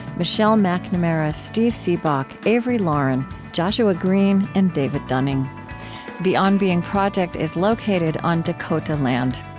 michelle macnamara, steve seabock, avery laurin, joshua greene, and david dunning the on being project is located on dakota land.